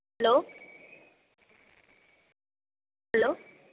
hello hello